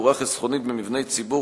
תאורה חסכונית במבני ציבור),